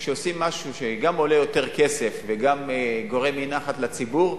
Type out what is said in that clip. כשעושים משהו שגם עולה יותר כסף וגם גורם אי-נחת לציבור,